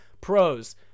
pros